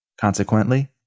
Consequently